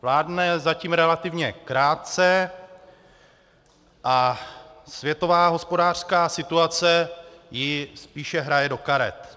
Vládne zatím relativně krátce a světová hospodářská situace jí spíše hraje do karet.